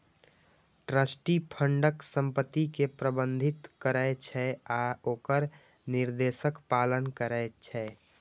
trustee फंडक संपत्ति कें प्रबंधित करै छै आ ओकर निर्देशक पालन करै छै